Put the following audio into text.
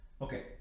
okay